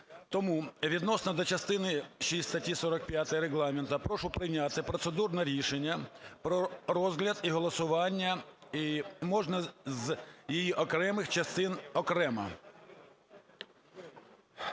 Тому відносно до частини шість статті 45 Регламенту прошу прийняти процедурне рішення про розгляд і голосування, і окремих частин окремо.